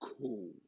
cool